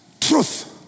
Truth